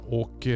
och